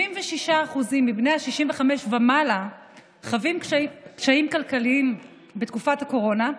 76% מבני ה-65 ומעלה חווים קשיים כלכליים בתקופת הקורונה,